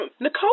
Nicole